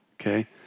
Okay